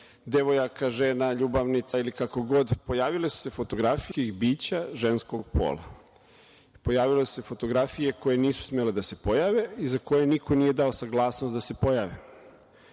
devojaka, žena, ljubavnica ili kako god, pojavile su se fotografije ljudskih bića ženskog pola. Pojavile su se fotografije koje nisu smele da se pojave i za koje niko nije dao saglasnost da se pojave.